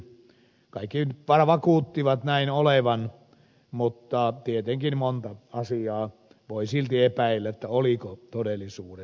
kaikki vakuuttivat näin olevan mutta tietenkin useaa asiaa voi silti epäillä oliko todellisuudessa näin